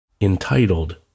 Entitled